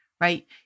right